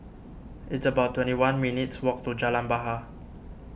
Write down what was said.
it's about twenty one minutes' walk to Jalan Bahar